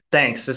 Thanks